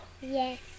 Yes